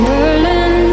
Berlin